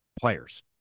players